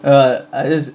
err I just